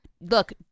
Look